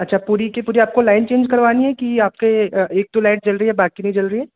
अच्छा पूरी की पूरी आपको लाइन चेंज करवानी है कि आपके एक दो लाइट जल रही हैं बाक़ी नहीं जल रही है